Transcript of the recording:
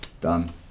Done